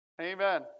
Amen